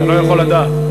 אתה לא יכול לדעת.